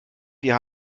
wir